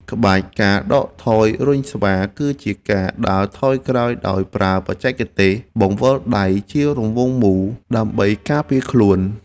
ក្បាច់ ការដកថយរុញស្វា គឺជាការដើរថយក្រោយដោយប្រើបច្ចេកទេសបង្វិលដៃជារង់វង់មូល ដើម្បីការពារខ្លួន។